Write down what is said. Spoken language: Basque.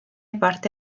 parte